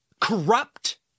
Corrupt